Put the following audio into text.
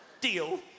Deal